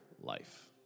life